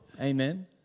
Amen